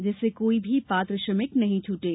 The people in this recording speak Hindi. जिससे कोई भी पात्र श्रमिक नहीं छटे